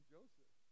Joseph